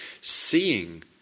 seeing